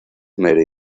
mary